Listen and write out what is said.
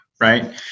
right